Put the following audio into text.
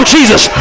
Jesus